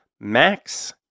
Max